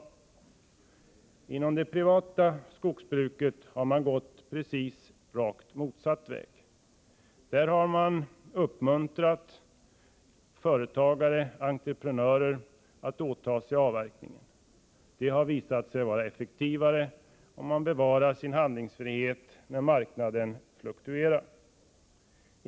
Inom det privata skogsbruket har man gått rakt motsatt väg. Där har man uppmuntrat företagare, entreprenörer, att åta sig avverkningen. Det har visat sig vara effektivare, och man bevarar sin handlingsfrihet när marknaden fluktuerar.